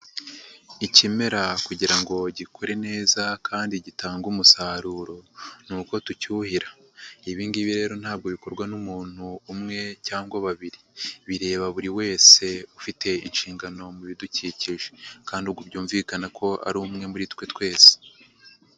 Ikimera kugira ngo gikure neza kandi gitange umusaruro ni uko tucyuhira, ibi ngibi rero ntabwo bikorwa n'umuntu umwe cyangwa babiri bireba buri wese ufite inshingano mu bidukikije kandi ubu byumvikana ko ari umwe muri twe twese.